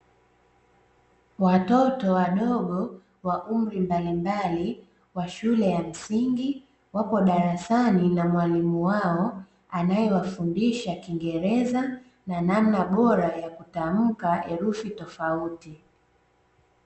Watoto wadogo wa umri mbalimbali wa shule ya msingi wapo darasani na mwalimu wao, anayewafundisha kiingereza na namna bora ya kutamka herufi tofauti.